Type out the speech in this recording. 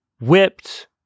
whipped